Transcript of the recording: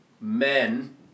Men